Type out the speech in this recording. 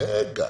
רגע.